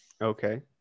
Okay